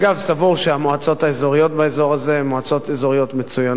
סבור שהמועצות האזוריות באזור הזה הן מועצות אזוריות מצוינות,